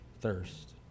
thirst